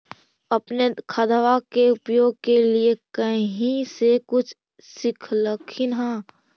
अपने खादबा के उपयोग के लीये कही से कुछ सिखलखिन हाँ?